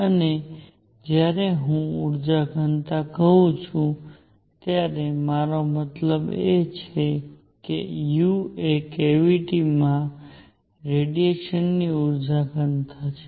અને જ્યારે હું ઊર્જા ઘનતા કહું છું ત્યારે મારો મતલબ છે કે u એ કેવીટીમાં રેડીએશનની ઊર્જા ઘનતા છે